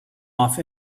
off